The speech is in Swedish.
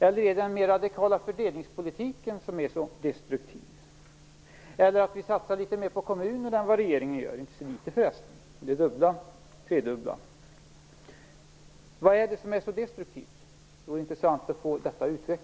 Är det den mer radikala fördelningspolitiken som är så destruktiv? Eller syftar han på att vi satsar litet mer på kommunerna än vad regeringen gör? Vi satsar inte så litet mer förresten - det dubbla eller det tredubbla. Vad är det som är så destruktivt? Det vore intressant att få detta utrett.